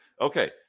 Okay